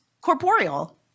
corporeal